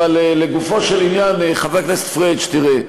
לגופו של עניין, חבר הכנסת פריג', תראה,